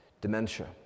dementia